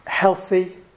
Healthy